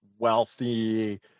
Wealthy